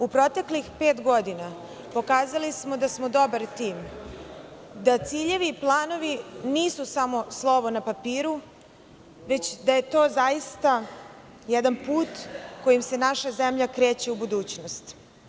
U proteklih pet godina pokazali smo da smo dobar tim i da ciljevi i planovi nisu samo slovo na papiru, već da je to zaista jedan put kojim se naša zemlja kreće u budućnost.